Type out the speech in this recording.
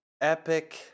epic